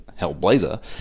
Hellblazer